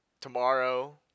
tomorrow